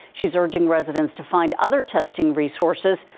she's urging residents to find other testing resources.